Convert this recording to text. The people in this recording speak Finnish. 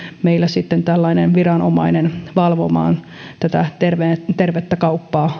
meillä on sitten jo valmiina tällainen viranomainen tätä tervettä tervettä kauppaa